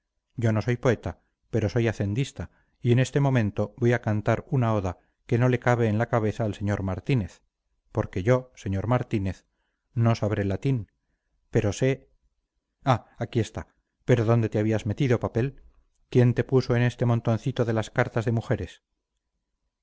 yo no soy poeta pero soy hacendista y en este momento voy a cantar una oda que no le cabe en la cabeza al sr martínez porque yo sr martínez no sabré latín pero sé ah aquí está pero dónde te habías metido papel quién te puso en este montoncito de las cartas de mujeres